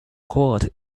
gold